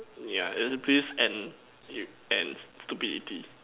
yeah it's a piece and and stupidity